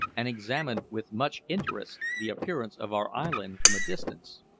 and examined with much interest the appearance of our island from a distance.